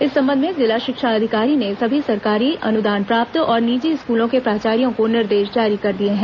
इस संबंध में जिला शिक्षा अधिकारी ने सभी सरकारी अनुदान प्राप्त और निजी स्कूलों के प्राचार्यों को निर्देश जारी कर दिए हैं